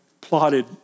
plotted